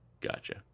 Gotcha